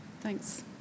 Thanks